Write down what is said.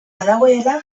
badagoela